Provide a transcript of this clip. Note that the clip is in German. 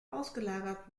ausgelagert